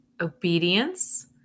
obedience